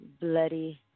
bloody